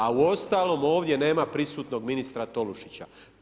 A uostalom ovdje nema prisutnog ministra Tolušića.